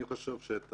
אני חושב שאת